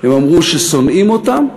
הם אמרו ששונאים אותם,